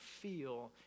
feel